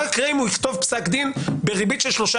מה יקרה אם הוא יכתוב פסק דין בריבית של שלושה